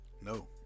no